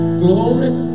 glory